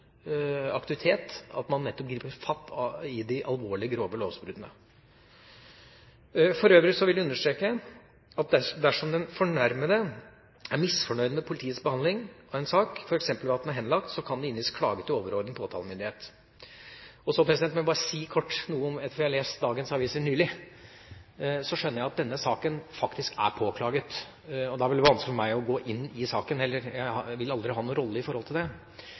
aktivitet at man nettopp griper fatt i de alvorlige, grove lovbruddene. For øvrig vil jeg understreke at dersom den fornærmede er misfornøyd med politiets behandling av en sak, f.eks. at den er henlagt, kan det inngis klage til overordnet påtalemyndighet. Så vil jeg bare si kort at etter å ha lest dagens aviser skjønner jeg at denne saken faktisk er påklaget. Da er det veldig vanskelig for meg å gå inn i saken. Jeg vil aldri ha noen rolle i det. Men jeg har lyst til å være konstruktiv når det